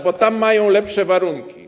Bo tam mają lepsze warunki.